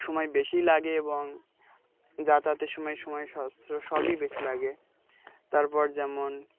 সময় বেশি লাগে এবং যাতায়াতের সময় সময় সাস্ত্র সবই বেশি লাগে তারপর যেমন